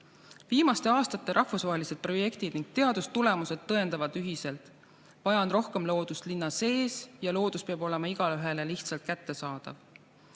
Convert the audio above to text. Viimaste aastate rahvusvahelised projektid ning teadustulemused tõendavad ühiselt, et vaja on rohkem loodust linna sees ja loodus peab olema igaühele lihtsalt kättesaadav.